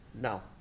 No